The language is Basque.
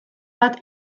bat